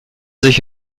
sich